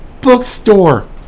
bookstore